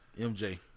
MJ